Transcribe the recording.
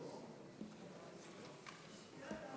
של קבוצת סיעת